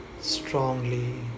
strongly